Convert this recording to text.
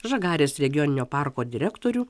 žagarės regioninio parko direktorių